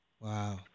Wow